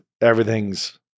everything's